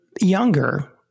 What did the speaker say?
younger